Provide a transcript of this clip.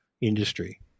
industry